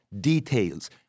details